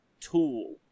tool